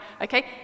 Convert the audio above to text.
Okay